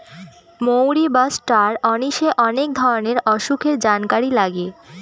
মৌরি বা ষ্টার অনিশে অনেক ধরনের অসুখের জানকারি লাগে